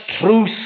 truth